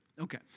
Okay